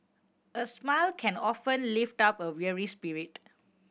a smile can often lift up a weary spirit